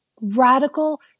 radical